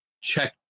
check